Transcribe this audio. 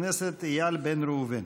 חבר הכנסת איל בן ראובן.